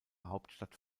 hauptstadt